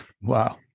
Wow